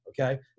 Okay